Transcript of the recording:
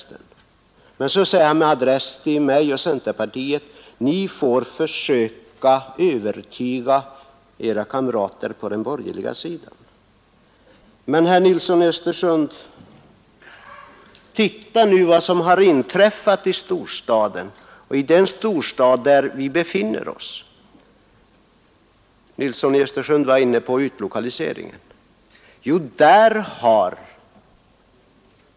Herr Nilsson säger med adress till mig och centerpartiet, att vi skall försöka övertyga våra kamrater på den borgerliga sidan att det är riktigt att dämpa storstadstillväxten. Jag tycker att herr Nilsson i stället skall titta litet på vad som har hänt i den storstad där vi befinner oss.